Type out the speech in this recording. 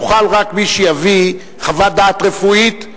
יוכל רק מי שיביא חוות דעת רפואית עצמאית.